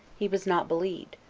he was not believed,